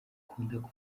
kuvuga